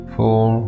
four